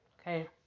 Okay